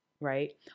right